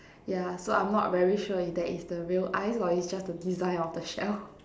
yeah so I'm not very sure if that is the real eyes or is just the design of the shell